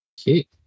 Okay